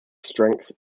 strength